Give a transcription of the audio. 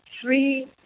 three